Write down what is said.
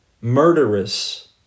murderous